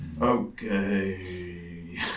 Okay